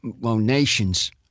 donations